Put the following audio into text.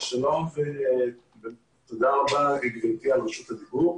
שלום ותודה רבה לגברתי היושבת-ראש.